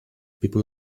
people